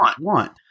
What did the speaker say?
want